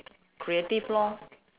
creative lor